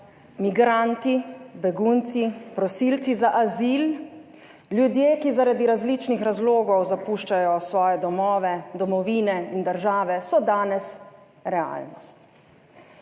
Migranti, begunci, prosilci za azil, ljudje, ki zaradi različnih razlogov zapuščajo svoje domove, domovine in države so danes realnost.